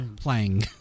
playing